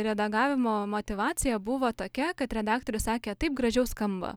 redagavimo motyvacija buvo tokia kad redaktorius sakė taip gražiau skamba